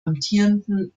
amtierenden